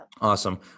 Awesome